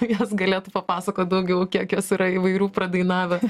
jos galėtų papasakoti daugiau kiek jos yra įvairių padainavę